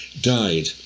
died